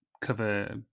cover